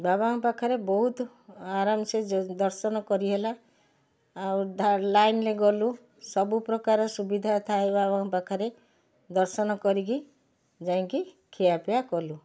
ବାବାଙ୍କ ପାଖରେ ବହୁତ ଆରାମସେ ଦର୍ଶନ କରି ହେଲା ଆଉ ଧା ଲାଇନ୍ରେ ଗଲୁ ସବୁ ପ୍ରକାର ସୁବିଧା ଥାଏ ବାବାଙ୍କ ପାଖରେ ଦର୍ଶନ କରିକି ଯାଇଁକି ଖିଆ ପିଆ କଲୁ